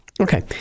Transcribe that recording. Okay